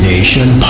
Nation